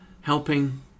helping